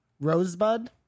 Rosebud